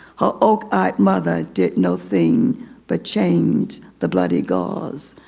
her oak-eyed mother did no thing but change the bloody gauze.